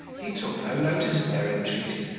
he took no notice of their entreaties,